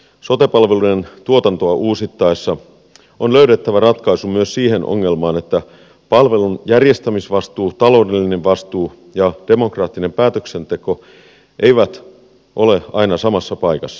sote palveluiden tuotantoa uusittaessa on löydettävä ratkaisu myös siihen ongelmaan että palvelun järjestämisvastuu taloudellinen vastuu ja demokraattinen päätöksenteko eivät ole aina samassa paikassa